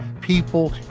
people